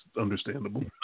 understandable